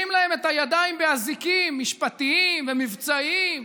להם את הידיים באזיקים משפטיים ומבצעיים.